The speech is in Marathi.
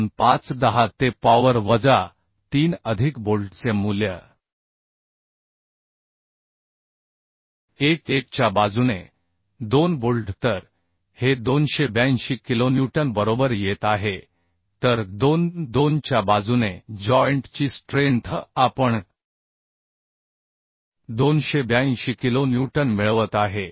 25 10 ते पॉवर वजा 3 अधिक बोल्टचे मूल्य 1 1 च्या बाजूने 2 बोल्ट तर हे 282 किलोन्यूटन बरोबर येत आहे तर 2 2 च्या बाजूने जॉइंट ची स्ट्रेंथ आपण 282 किलोन्यूटन मिळवत आहे